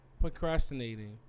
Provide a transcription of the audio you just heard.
procrastinating